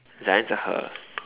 Zion's a her